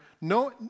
no